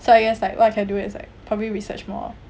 so I guess like what I can do is like probably research more